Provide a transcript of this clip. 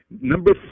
Number